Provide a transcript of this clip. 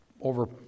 over